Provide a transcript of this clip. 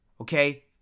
Okay